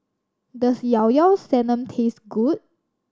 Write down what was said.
does Llao Llao Sanum taste good